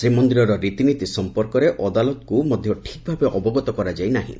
ଶ୍ରୀମନ୍ଦିରର ରିତିନିତି ସମ୍ପର୍କରେ ଅଦାଲତକୁ ମଧ୍ଧ ଠିକ୍ ଭାବେ ଅବଗତ କରାଯାଇ ନାହଁ